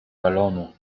balonu